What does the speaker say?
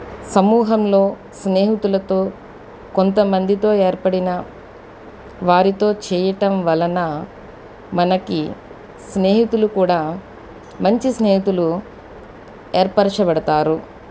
సమూహంలో స్నేహితులతో కొంతమందితో ఏర్పడిన వారితో చేయటం వలన మనకి స్నేహితులు కూడా మంచి స్నేహితులు ఏర్పరచబడతారు